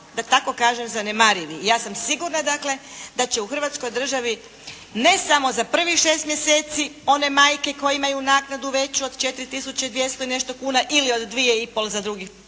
da tako kažem zanemarivi. Ja sam sigurna dakle da će u hrvatskoj državi ne samo za prvih 6 mjeseci one majke koje imaju naknadu veću od 4 tisuće 200 i nešto kuna ili od 2 i pol za drugih